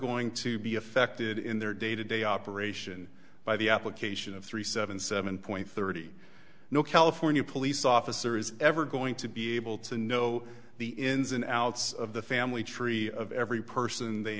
going to be affected in their day to day operation by the application of three seven seven point thirty no california police officer is ever going to be able to know the ins and outs of the family tree of every person they